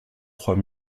trois